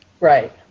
Right